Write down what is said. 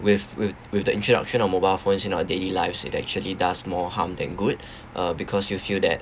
with with with the introduction of mobile phones in our daily lives it actually does more harm than good uh because you feel that